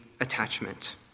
attachment